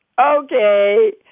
okay